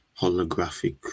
holographic